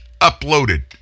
uploaded